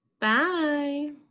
Bye